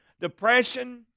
depression